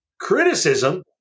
criticism